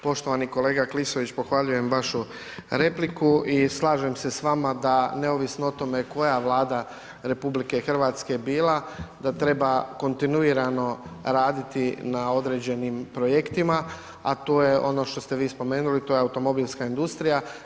Poštovani kolega Klisović, pohvaljujem vašu repliku i slažem se s vama da neovisno o tome koja je Vlada RH bila da treba kontinuirano raditi na određenim projektima a to je ono što ste vi spomenuli, to je automobilska industrija.